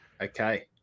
Okay